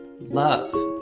love